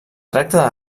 tracta